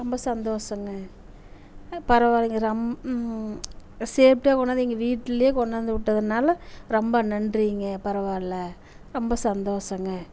ரொம்ப சந்தோஷங்க பரவாலிங்க ரொம் ஸேஃப்டியா கொண்டாந்து இங்கே வீட்டிலயே கொண்டாந்து விட்டதுனால ரொம்ப நன்றிங்க பரவாயில்ல ரொம்ப சந்தோஷங்க